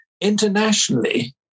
Internationally